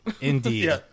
Indeed